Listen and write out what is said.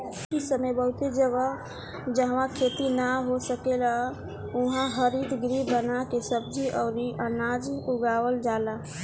इ समय बहुते जगह, जाहवा खेती ना हो सकेला उहा हरितगृह बना के सब्जी अउरी अनाज उगावल जाला